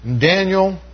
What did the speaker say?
Daniel